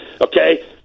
Okay